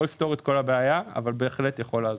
הוא לא יפתור את כל הבעיה אבל בהחלט יכול לעזור.